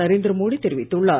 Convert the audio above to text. நரேந்திர மோடி தெரிவித்துள்ளார்